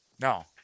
No